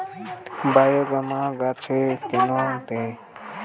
বায়োগ্রামা গাছে কেন দেয়?